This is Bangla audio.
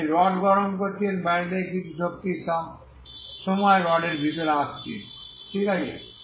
তাই আপনি রড গরম করছেন বাইরে থেকে কিছু শক্তি সব সময় রডের ভিতরে আসছে ঠিক আছে